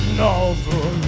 novel